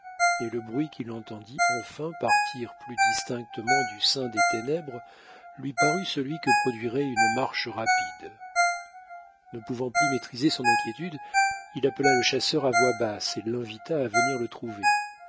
et le bruit qu'il entendit enfin partir plus distinctement du sein des ténèbres lui parut celui que produirait une marche rapide ne pouvant plus maîtriser son inquiétude il appela le chasseur à voix basse et l'invita à venir le trouver